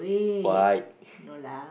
white